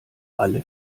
alle